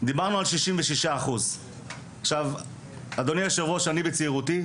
דיברנו על 66%. אני בצעירותי,